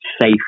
safe